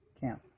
camp